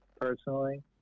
personally